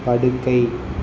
படுக்கை